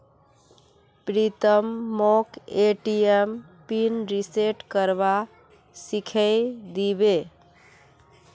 प्रीतम मोक ATM PIN reset करवा सिखइ दी बे